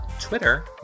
twitter